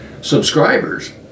subscribers